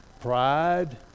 pride